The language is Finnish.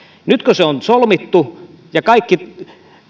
nyt kun se on solmittu ja kaikki